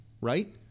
right